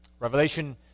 Revelation